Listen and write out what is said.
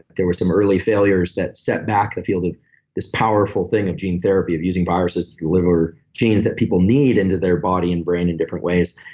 there were some early failures that set back the field of this powerful thing of gene therapy, of using viruses to deliver genes that people need into their body and brain in different ways,